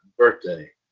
birthday